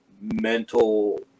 mental